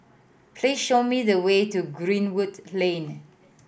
please show me the way to Greenwood Lane